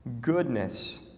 goodness